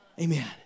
Amen